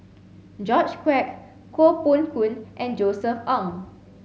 George Quek Koh Poh Koon and Josef Ng